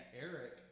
Eric